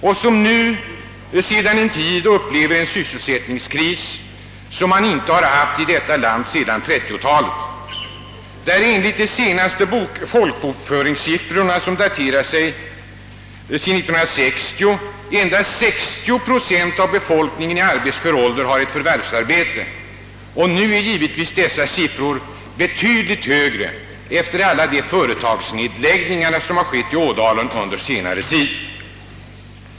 Ådalen upplever nu sedan en tid en sysselsättningskris som man inte har haft i detta land sedan 1930 talet. Enligt de senaste folkbokföringssiffrorna, hade endast 60 procent av befolkningen i arbetsför ålder förvärvsarbete. Nu är den siffran givetvis betydligt lägre efter alla de företagsnedläggningar som ägt rum i Ådalen under senare tid.